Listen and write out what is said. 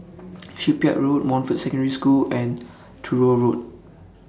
Shipyard Road Montfort Secondary School and Truro Road